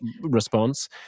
response